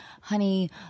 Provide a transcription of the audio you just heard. honey